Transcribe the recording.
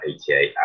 ATA